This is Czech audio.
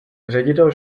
ředitel